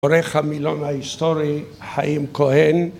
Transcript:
עורך המילון ההיסטורי חיים כהן